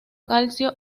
calcio